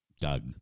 doug